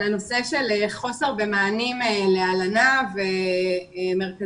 הנושא של חוסר במענים להלנה ומרכזים